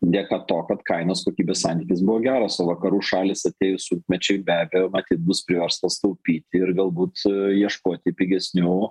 dėka to kad kainos kokybės santykis buvo geros o vakarų šalys atėjus sunkmečiui be abejo bus priverstos taupyti ir galbūt ieškoti pigesnių